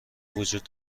وجود